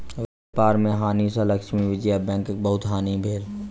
व्यापार में हानि सँ लक्ष्मी विजया बैंकक बहुत हानि भेल